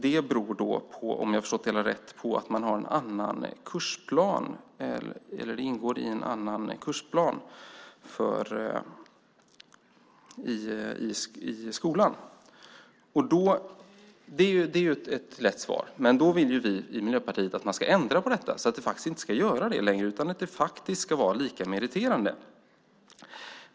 Det beror, om jag har förstått det hela rätt, på att det ingår i en annan kursplan i skolan. Det är ju ett lätt svar. Men vi i Miljöpartiet vill att man ska ändra på detta så att det ska vara lika meriterande.